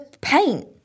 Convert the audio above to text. paint